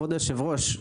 כבוד היושב-ראש,